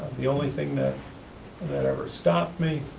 the only thing that that ever stopped me